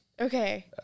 okay